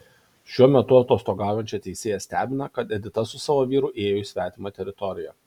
šiuo metu atostogaujančią teisėją stebina kad edita su savo vyru ėjo į svetimą teritoriją